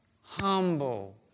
humble